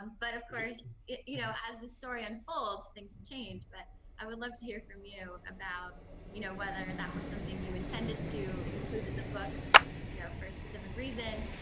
um but of course you know as the story unfolds, things change. but i would love to hear from you about you know whether that was something you intended to include in the book you know for a specific reason,